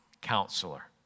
Counselor